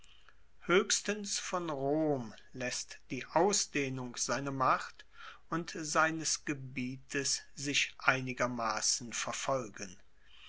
hoechstens von rom laesst die ausdehnung seiner macht und seines gebietes sich einigermassen verfolgen